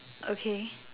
okay